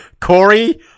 Corey